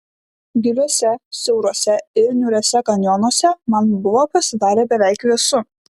giliuose siauruose ir niūriuose kanjonuose man buvo pasidarę beveik vėsu